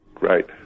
right